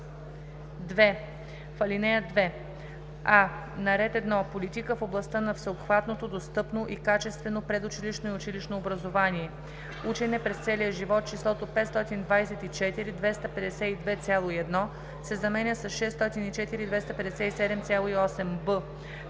2. В ал. 2: а) на ред 1. Политика в областта на всеобхватното, достъпно и качествено предучилищно и училищно образование. Учене през целия живот числото „524 252,1“ се заменя с „604 257,8“;